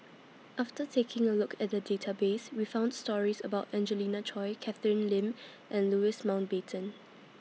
after taking A Look At The Database We found stories about Angelina Choy Catherine Lim and Louis bitten